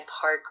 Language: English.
Park